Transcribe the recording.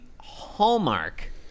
hallmark